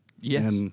Yes